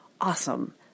Awesome